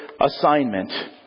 assignment